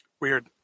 Weird